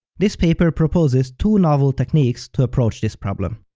this paper proposes two novel techniques to approach this problem.